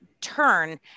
turn